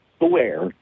aware